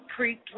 Creek